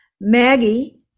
Maggie